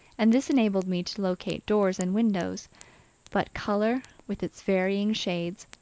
and this enabled me to locate doors and windows but color, with its varying shades,